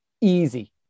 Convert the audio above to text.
easy